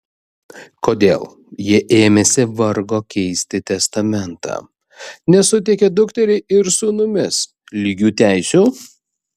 kodėl jei ėmėsi vargo keisti testamentą nesuteikė dukteriai su sūnumis lygių teisių